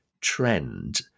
trend